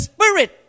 Spirit